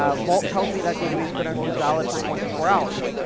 ah vault tells me that database credential is valid for twenty four hours.